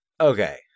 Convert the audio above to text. okay